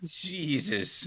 Jesus